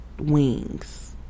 Wings